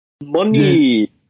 Money